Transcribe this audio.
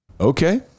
Okay